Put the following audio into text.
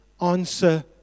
answer